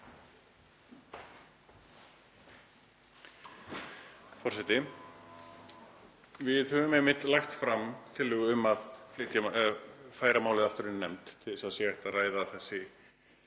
Forseti. Við höfum einmitt lagt fram tillögu um að færa málið aftur inn í nefnd til að hægt sé að ræða þau